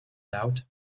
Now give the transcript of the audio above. out